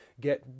get